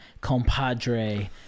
compadre